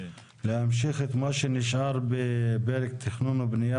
להמשיך את מה שנשאר בפרק תכנון ובנייה,